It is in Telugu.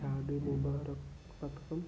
షాదీ ముబారక్ పథకం